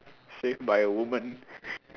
saved by a woman